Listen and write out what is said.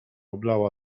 oblała